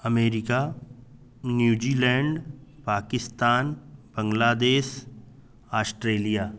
America New Zealand Pakistan Bangladesh Australia